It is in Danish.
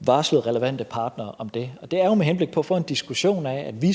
varslet relevante partnere om det, og det er jo med henblik på at få en diskussion af, at vi